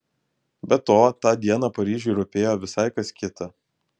be to tą dieną paryžiui rūpėjo visai kas kita